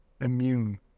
immune